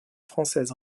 française